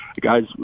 guys